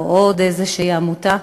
או בעוד איזושהי עמותה,